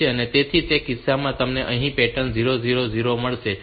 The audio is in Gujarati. તેથી તે કિસ્સામાં તમને અહીં પેટર્ન 0 0 0 મળશે